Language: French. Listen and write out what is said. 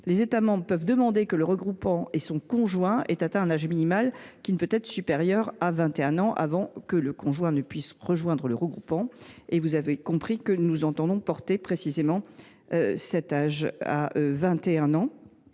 les États membres peuvent demander que le regroupant et son conjoint aient atteint un âge minimal, qui ne peut être supérieur à vingt et un ans, avant que le conjoint ne puisse rejoindre le regroupant ». Vous l’avez compris, nous entendons porter précisément cet âge à 21 ans.